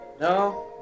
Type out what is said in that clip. No